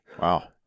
Wow